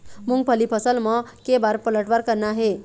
मूंगफली फसल म के बार पलटवार करना हे?